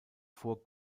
vor